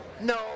No